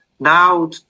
Now